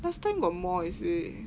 last time got more is it